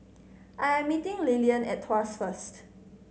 I am meeting Lillian at Tuas first